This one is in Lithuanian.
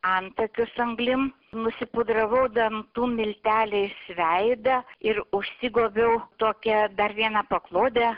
antakius anglim nusipudravau dantų milteliais veidą ir užsigobiau tokią dar vieną paklodę